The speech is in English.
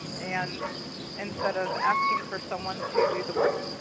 um and instead of asking for someone to do the work,